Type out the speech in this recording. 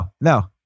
No